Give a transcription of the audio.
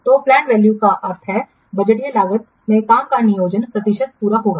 तो planned value का अर्थ है बजटीय लागत में काम का नियोजित प्रतिशत पूरा होना